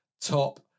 top